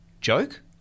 joke